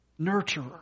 Nurturer